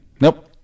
Nope